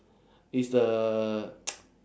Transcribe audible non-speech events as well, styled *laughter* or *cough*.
it's a *noise*